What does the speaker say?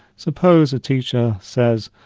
suppose a teacher says,